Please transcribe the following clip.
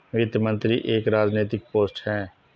वित्त मंत्री एक राजनैतिक पोस्ट है